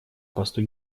посту